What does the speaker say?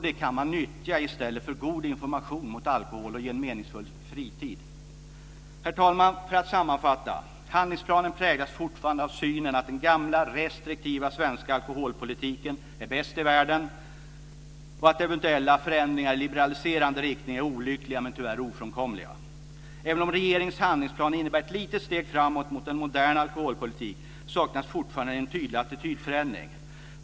Det kan man i stället nyttja för god information mot alkohol och för att ge en meningsfull fritid. Herr talman! För att sammanfatta: Handlingsplanen präglas fortfarande av synen att den gamla, restriktiva svenska alkoholpolitiken är bäst i världen och att eventuella förändringar i liberaliserande riktning är olyckliga, men tyvärr ofrånkomliga. Även om regeringens handlingsplan innebär ett litet steg framåt mot en modern alkoholpolitik så saknas fortfarande en tydlig attitydförändring.